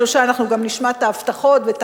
שלושה ימים אנחנו גם נשמע את ההבטחות ואת